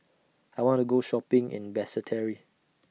I want to Go Shopping in Basseterre